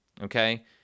Okay